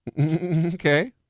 Okay